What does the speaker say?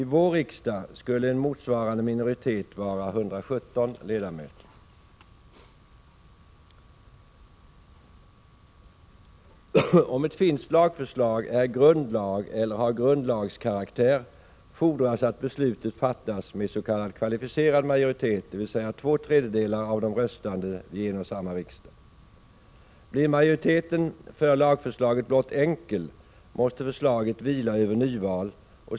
I vår riksdag skulle en motsvarande minoritet vara 117 ledamöter. Om ett finskt lagförslag gäller grundlag eller har grundlagskaraktär fordras att beslut fattas med s.k. kvalificerad majoritet, dvs. två tredjedelar av de röstande vid en och samma riksdag. Blir majoriteten för lagförslaget blott enkel, måste förslaget vila över nyval.